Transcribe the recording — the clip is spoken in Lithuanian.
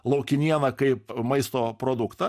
laukinieną kaip maisto produktą